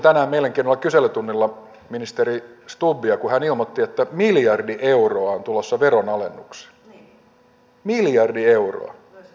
kuuntelin tänään mielenkiinnolla kyselytunnilla ministeri stubbia kun hän ilmoitti että miljardi euroa on tulossa veronalennuksia miljardi euroa